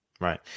Right